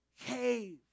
cave